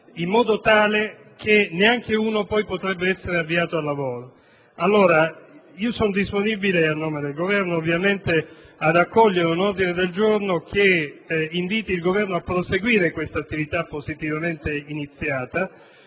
in modo tale che neanche uno, poi, potrebbe essere avviato al lavoro. Sono disponibile - a nome del Governo, ovviamente - ad accogliere un ordine del giorno che inviti il Governo a proseguire questa attività positivamente iniziata,